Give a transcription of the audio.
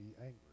angry